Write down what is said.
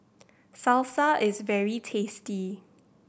salsa is very tasty